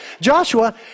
Joshua